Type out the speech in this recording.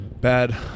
Bad